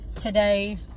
today